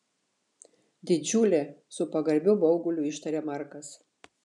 didžiulė su pagarbiu bauguliu ištarė markas